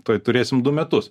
tuoj turėsim du metus